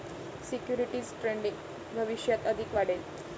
securities trading भविष्यात अधिक वाढेल